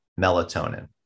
melatonin